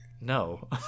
No